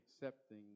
accepting